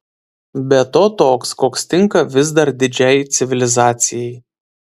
be to toks koks tinka vis dar didžiai civilizacijai